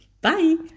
bye